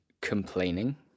complaining